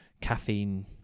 caffeine